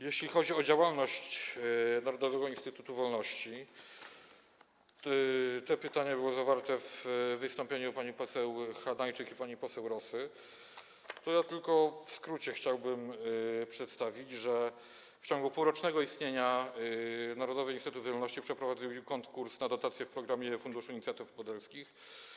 Jeśli chodzi o działalność Narodowego Instytutu Wolności - to pytanie było zawarte w wystąpieniu pani poseł Hanajczyk i pani poseł Rosy - to tylko w skrócie chciałbym przedstawić, że w ciągu półrocznego istnienia Narodowy Instytut Wolności przeprowadził konkurs na dotacje w Programie Fundusz Inicjatyw Obywatelskich.